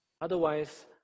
Otherwise